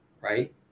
right